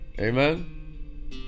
amen